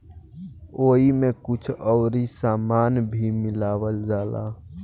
ओइमे कुछ अउरी सामान भी मिलावल जाला